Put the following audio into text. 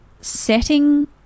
setting